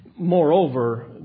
Moreover